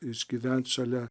išgyvent šalia